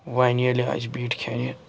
وَنہِ ییٚلہِ اَسہِ بیٖٹھۍ کھٮ۪نہِ